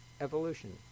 evolution